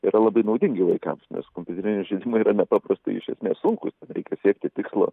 yra labai naudingi vaikams nes kompiuteriniai žaidimai yra nepaprastai iš esmės sunkūs ten reikia siekti tikslo